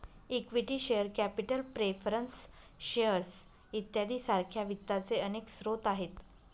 equity share capital preference shares इत्यादी सारख्या वित्ताचे अनेक स्रोत आहेत